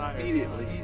immediately